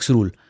Rule